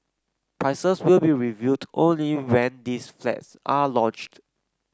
prices will be revealed only when these flats are launched